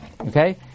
Okay